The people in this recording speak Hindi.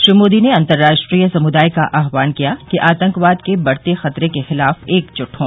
श्री मोदी ने अंतर्राष्ट्रीय समुदाय का आह्वान किया कि आतंकवाद के बढते खतरे के खिलाफ एकजुट हों